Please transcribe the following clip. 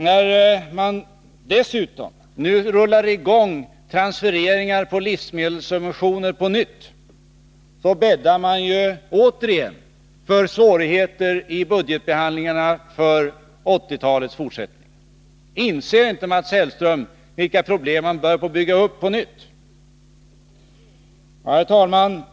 När man dessutom ånyo rullar i gång transfereringar på livsmedelssubventioner, bäddar man ju återigen för svårigheter i budgetbehandlingen under resten av 1980-talet. Inser inte Mats Hellström vilka problem man på nytt börjar bygga upp? Herr talman!